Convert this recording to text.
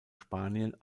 spanien